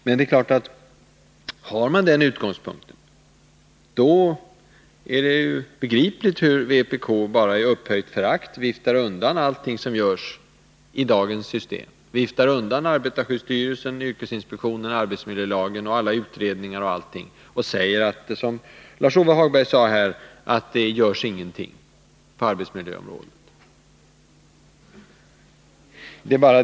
Men har man den utgångspunkten är det begripligt, att vänsterpartiet kommunisterna i upphöjt förakt bara viftar undan allt som görs i dagens system — viftar undan arbetarskyddsstyrelsen, yrkesinspektionen, arbetsmiljölagen och alla utredningar — och säger som Lars-Ove Hagberg att ingenting görs på arbetsmiljöområdet.